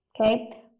Okay